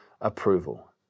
approval